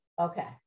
Okay